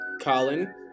Colin